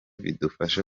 bidufasha